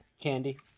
candy